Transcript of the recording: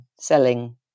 Selling